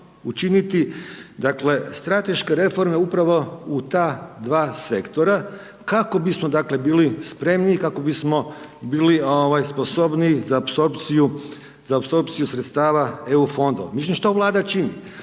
učiniti dakle strateške reforme upravo u ta dva sektora kako bismo dakle bili spremni i kako bismo bili sposobniji za apsorpciju sredstava Eu fondova. Mislim što Vlada čini?